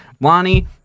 Lonnie